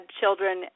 children